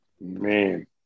man